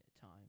time